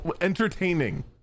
entertaining